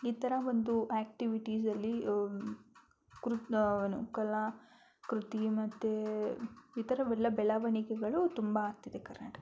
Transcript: ಈ ಥರ ಒಂದು ಆಕ್ಟಿವಿಟೀಸಲ್ಲಿ ಕಲಾಕೃತಿ ಮತ್ತು ಈ ಥರವೆಲ್ಲ ಬೆಳವಣಿಗೆಗಳು ತುಂಬ ಆಗ್ತಿದೆ ಕರ್ನಾಟಕದಲ್ಲಿ